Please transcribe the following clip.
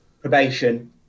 probation